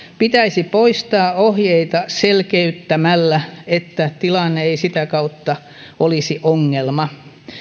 pitäisi poistaa ohjeita selkeyttämällä että tilanne ei sitä kautta olisi ongelma